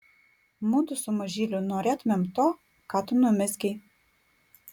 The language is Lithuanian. mudu su mažyliu norėtumėm to ką tu numezgei